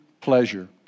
pleasure